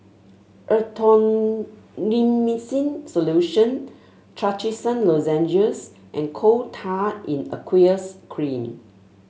Erythroymycin Solution Trachisan Lozenges and Coal Tar in Aqueous Cream